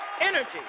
energy